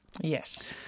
Yes